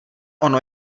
ono